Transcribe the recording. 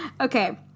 Okay